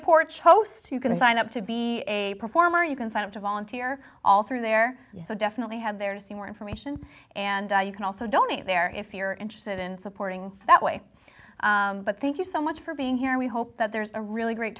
porch post you can sign up to be a performer you can sign up to volunteer all through there so definitely have there to see more information and you can also donate there if you're interested in supporting that way but thank you so much for being here and we hope that there's a really great